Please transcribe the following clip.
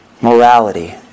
morality